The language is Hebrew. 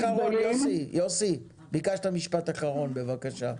יוסי, ביקשת לומר משפט אחרון, בבקשה.